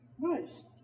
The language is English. Nice